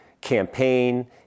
campaign